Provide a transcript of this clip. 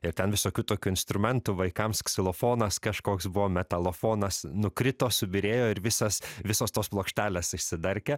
ir ten visokių tokių instrumentų vaikams ksilofonas kažkoks buvo metalofonas nukrito subyrėjo ir visas visos tos plokštelės išsidarkė